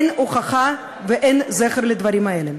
אין הוכחה ואין זכר לדברים האלה.